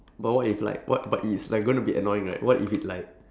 but what if like what what is like going to be annoying right what if it like